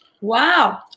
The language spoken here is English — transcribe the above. Wow